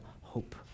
hope